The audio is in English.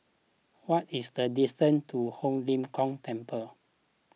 what is the distance to Ho Lim Kong Temple